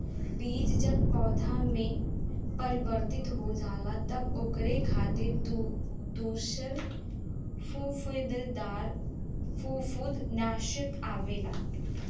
बीज जब पौधा में परिवर्तित हो जाला तब ओकरे खातिर दूसर फंफूदनाशक आवेला